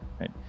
right